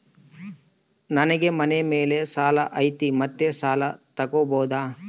ನನಗೆ ಮನೆ ಮೇಲೆ ಸಾಲ ಐತಿ ಮತ್ತೆ ಸಾಲ ತಗಬೋದ?